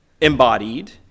embodied